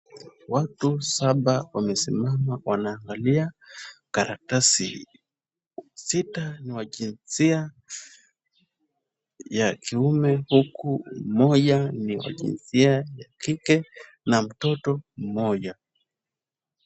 Watu saba wamesimama wanaangalia karatasi. Sita ni wa jinsia ya kiume huku mmoja ni wa jinsia ya kike na mtoto mmoja.